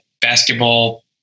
basketball